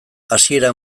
hasiera